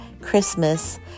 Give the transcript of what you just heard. Christmas